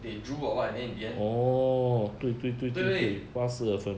they drew or what then in the end 对不对